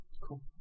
cool